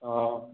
ओ